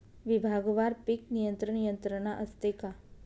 विभागवार पीक नियंत्रण यंत्रणा असते का?